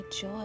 joy